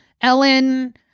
Ellen